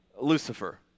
Lucifer